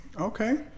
Okay